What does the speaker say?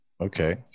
Okay